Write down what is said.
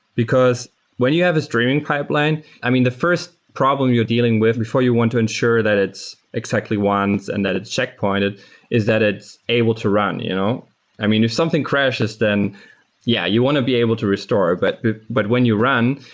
because when you have a streaming pipeline, i mean, the fi rst problem you're dealing with before you want to ensure that it's exactly once and that it's checkpointed is that it's able to run. you know i mean, if something crashes, then yeah, you want to be able to restore, but but when you run,